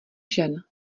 žen